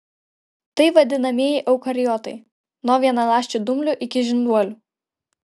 tai vadinamieji eukariotai nuo vienaląsčių dumblių iki žinduolių